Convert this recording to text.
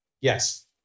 Yes